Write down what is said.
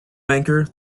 banker